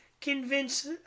convince